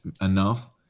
enough